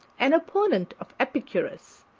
an opponent of epicurus,